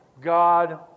God